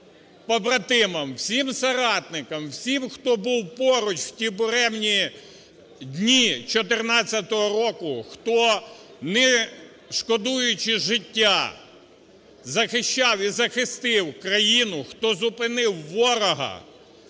побратимам, всім соратникам, всім, хто був поруч в ті буремні дні 14 року, хто, не шкодуючи життя, захищав і захистив країну, хто зупинив ворога,